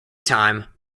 time